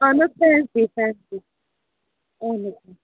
اَہَن حَظ fancy fancy